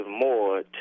more